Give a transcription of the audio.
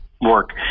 work